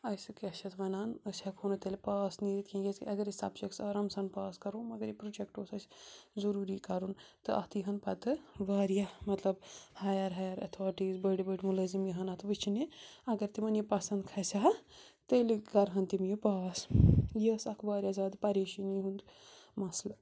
اَسہِ کیٛاہ چھِ اَتھ وَنان أسۍ ہٮ۪کہو نہٕ تیٚلہِ پاس نیٖرِتھ کِہیٖنۍ کیٛازکہِ اَگر أسۍ سَبجَکٕس آرام سان پاس کَرو مگر یہِ پرٛوجَکٹ اوس اَسہِ ضٔروٗری کَرُن تہٕ اَتھ یِہَن پَتہٕ واریاہ مطلب ہایَر ہایَر اٮ۪تھارٹیٖز بٔڑۍ بٔڑۍ مُلٲزِم یِہَن اَتھ وٕچھنہِ اَگر تِمَن یہِ پَسَنٛد کھسہِ ہا تیٚلہِ کَرٕہَن تِم یہِ پاس یہِ ٲس اَکھ واریاہ زیادٕ پریشٲنی ہُنٛد مَسلہٕ